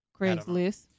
Craigslist